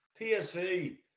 PSV